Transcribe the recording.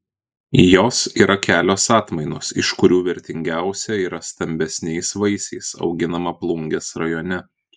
jos yra kelios atmainos iš kurių vertingiausia yra stambesniais vaisiais auginama plungės rajone